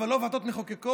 אבל לא ועדות מחוקקות.